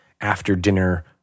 after-dinner